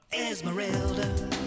Esmeralda